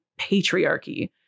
patriarchy